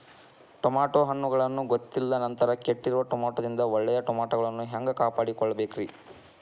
Tomato ಹಣ್ಣುಗಳನ್ನ ಗೊತ್ತಿಲ್ಲ ನಂತರ ಕೆಟ್ಟಿರುವ ಟಮಾಟೊದಿಂದ ಒಳ್ಳೆಯ ಟಮಾಟೊಗಳನ್ನು ಹ್ಯಾಂಗ ಕಾಪಾಡಿಕೊಳ್ಳಬೇಕರೇ?